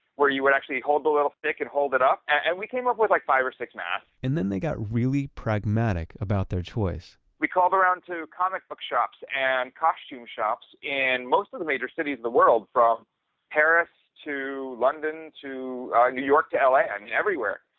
where you would actually hold the little stick and hold it up. and we came up with like five or six masks and then they got really pragmatic about their choice we called around to comic book shops and costume shops in most of the major cities in the world from paris to london to new york to la. i mean, everywhere.